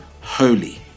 holy